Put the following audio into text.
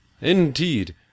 Indeed